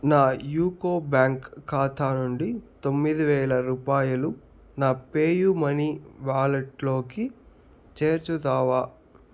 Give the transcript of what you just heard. నా UCO bank ఖాతా నుండి తొమ్మిది వేల రూపాయలు నా పేయూమనీ వాలెట్లోకి చేర్చుతావా